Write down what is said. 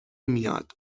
میاد